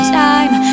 time